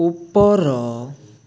ଉପର